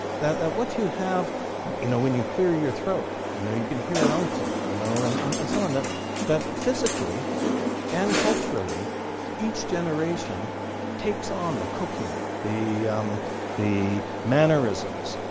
that that what you have you know when you clear your throat, you know you can hear an uncle. you know and and and so that that physically and culturally each generation takes on the cooking, the the mannerisms,